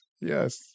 Yes